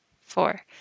four